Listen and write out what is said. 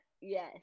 Yes